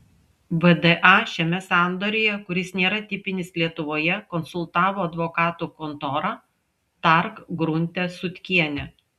vda šiame sandoryje kuris nėra tipinis lietuvoje konsultavo advokatų kontora tark grunte sutkienė